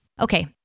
Okay